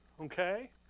Okay